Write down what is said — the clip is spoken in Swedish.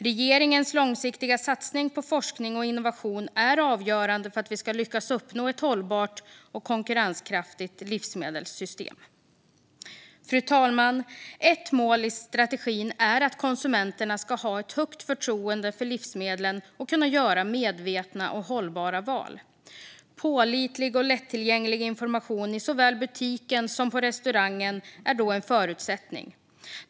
Regeringens långsiktiga satsning på forskning och innovation är avgörande för att vi ska lyckas uppnå ett hållbart och konkurrenskraftigt livsmedelssystem. Fru talman! Ett mål i strategin är att konsumenterna ska ha ett högt förtroende för livsmedlen och kunna göra medvetna och hållbara val. Pålitlig och lättillgänglig information i såväl butiken som på restaurangen är då en förutsättning.